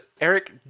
Eric